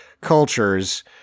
cultures